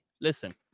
listen